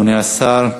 אדוני השר.